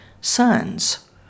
sons